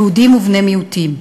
יהודים ובני מיעוטים.